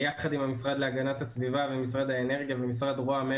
יחד עם המשרד להגנת הסביבה ומשרד האנרגיה ומשרד ראש הממשלה,